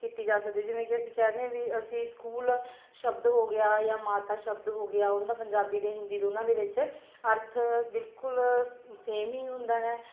ਕੀਤੀ ਜਾ ਸਕਦੀ ਜਿਵੇਂ ਕਿ ਅਸੀਂ ਕਹਿ ਦਿੰਦੇ ਆ ਵੀ ਅਸੀਂ ਸਕੂਲ ਸ਼ਬਦ ਹੋ ਗਿਆ ਜਾਂ ਮਾਤਾ ਸ਼ਬਦ ਹੋ ਗਿਆ ਉਹਦਾ ਪੰਜਾਬੀ ਅਤੇ ਹਿੰਦੀ ਦੋਨਾਂ ਦੇ ਵਿੱਚ ਅਰਥ ਬਿਲਕੁਲ ਸੇਮ ਹੀ ਹੁੰਦਾ ਹੈ